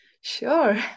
Sure